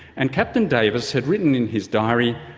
and captain davis had written in his diary,